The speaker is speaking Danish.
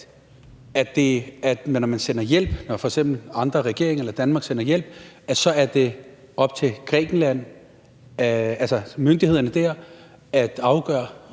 til spørgsmålet om, at når f.eks. andre regeringer eller Danmark sender hjælp, er det op til Grækenland, altså myndighederne dér, at afgøre,